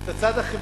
את הצד החברתי.